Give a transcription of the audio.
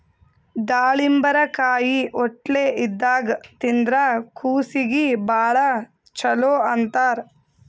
ದಾಳಿಂಬರಕಾಯಿ ಹೊಟ್ಲೆ ಇದ್ದಾಗ್ ತಿಂದ್ರ್ ಕೂಸೀಗಿ ಭಾಳ್ ಛಲೋ ಅಂತಾರ್